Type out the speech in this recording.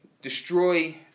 destroy